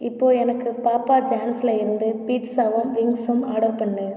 இப்போது எனக்கு பாப்பா ஜான்ஸில் இருந்து பீட்சாவும் விங்ஸும் ஆர்டர் பண்ணு